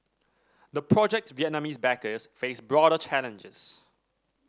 the project's Vietnamese backers face broader challenges